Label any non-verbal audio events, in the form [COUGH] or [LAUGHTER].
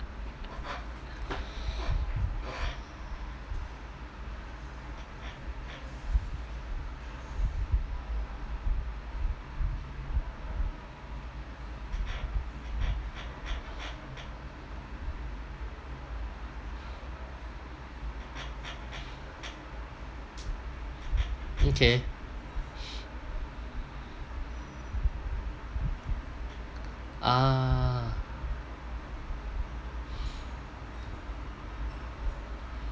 mm K [NOISE] a'ah